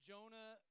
Jonah